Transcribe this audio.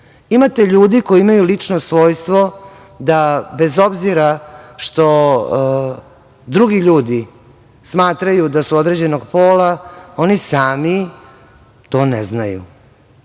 Imate ljude koji imaju lično svojstvo da bez obzira što drugi ljudi smatraju da su određenog pola oni sami to ne znaju